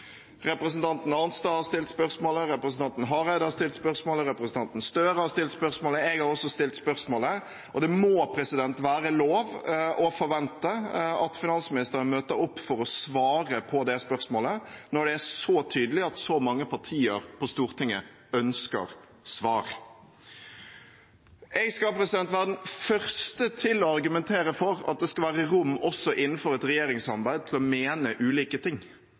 Representanten Arnstad har stilt spørsmålet, representanten Hareide har stilt spørsmålet, representanten Gahr Støre har stilt spørsmålet – jeg har også stilt spørsmålet – og det må være lov å forvente at finansministeren møter opp for å svare på det spørsmålet når det er så tydelig at så mange partier på Stortinget ønsker svar. Jeg skal være den første til å argumentere for at det skal være rom, også innenfor et regjeringssamarbeid, til å mene ulike ting.